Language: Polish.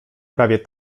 prawie